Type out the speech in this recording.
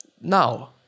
now